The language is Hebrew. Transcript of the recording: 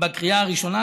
בקריאה הראשונה,